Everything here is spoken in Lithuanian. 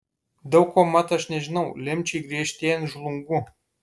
daug ko mat aš nežinau lemčiai griežtėjant žlungu